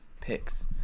picks